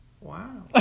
Wow